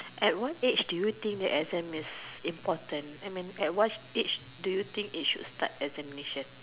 at what age do you think exam is important at what age do you think should start examination